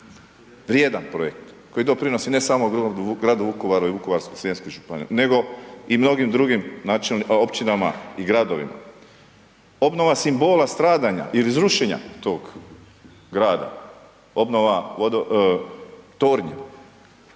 vrijedan projekt koji doprinosi ne samo gradu Vukovaru i Vukovarsko-srijemskoj županiji nego i mnogim drugim općinama i gradovima. Obnova simbola stradanja ili zrušenja tog grada, obnova tornja